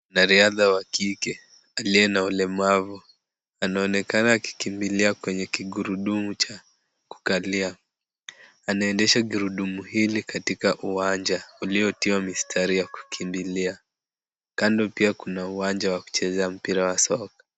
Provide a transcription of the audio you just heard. Mwanariadha wa kike aliye na ulemavu anaonekana akikimbilia kwenye kigurudumu cha kukalia. Anaendesha gurudumu hili katika uwanja uliotiwa mistari ya kukimbilia, kando pia kuna uwanja wa kuchezea mpira wa soka.